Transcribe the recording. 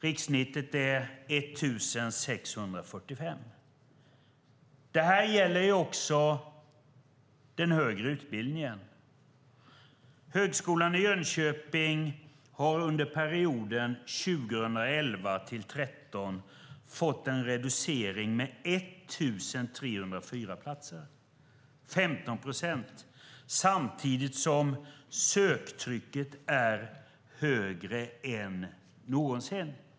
Rikssnittet är 1 645. Det här gäller också den högre utbildningen. Högskolan i Jönköping har under perioden 2011-2013 fått en reducering med 1 304 platser. Det är 15 procent, samtidigt som söktrycket är högre än någonsin.